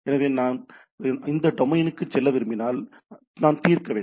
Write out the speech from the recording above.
எனவே நான் இந்த டொமைனுக்கு செல்ல விரும்பினால் நான் தீர்க்க வேண்டும்